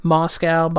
Moscow